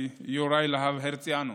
יוראי להב הרציאנו.